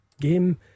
game